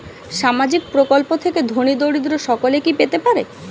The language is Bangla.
সামাজিক প্রকল্প থেকে ধনী দরিদ্র সকলে কি পেতে পারে?